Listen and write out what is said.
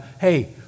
hey